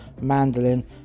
mandolin